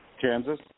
Kansas